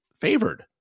favored